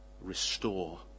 restore